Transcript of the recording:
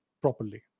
properly